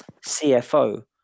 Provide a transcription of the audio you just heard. cfo